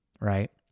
Right